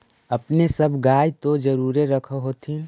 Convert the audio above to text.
अपने सब गाय तो जरुरे रख होत्थिन?